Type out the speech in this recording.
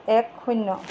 এক শূন্য